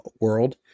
world